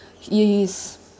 he is